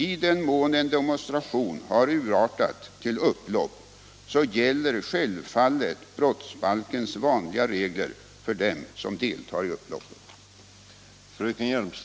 I den mån en demonstration har urartat till upplopp så gäller självfallet brottsbalkens vanliga regler för dem som deltar i upploppet.